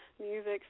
Music